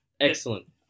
excellent